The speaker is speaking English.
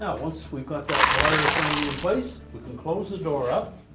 once we got that wire firmly in place, we can close the door up.